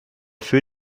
für